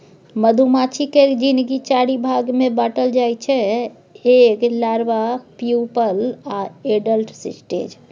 मधुमाछी केर जिनगी चारि भाग मे बाँटल जाइ छै एग, लारबा, प्युपल आ एडल्ट स्टेज